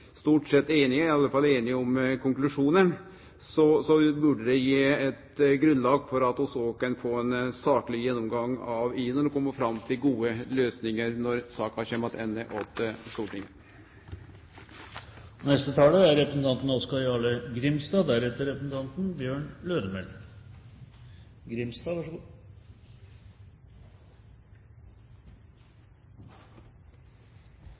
stort sett kan bli einige, i alle fall einige om konklusjonen, burde det gi eit grunnlag for at vi òg kan få ein sakleg gjennomgang av INON og kome fram til gode løysingar når saka kjem attende til Stortinget. Med erfaring og kunnskap om omgrepet INON brukt i offentleg forvaltning over tid er det faktisk på høg tid at